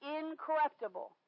incorruptible